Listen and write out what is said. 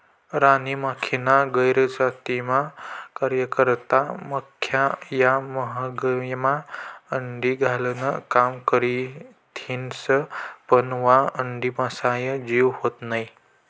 राणी माखीना गैरहजरीमा कार्यकर्ता माख्या या मव्हायमा अंडी घालान काम करथिस पन वा अंडाम्हाईन जीव व्हत नै